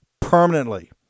permanently